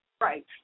Right